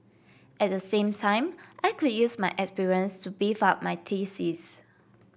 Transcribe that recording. at the same time I could use my experience to beef up my thesis